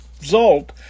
result